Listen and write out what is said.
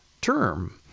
term